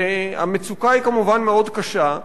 והמצוקה היא כמובן מאוד קשה.